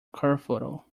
kerfuffle